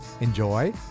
enjoy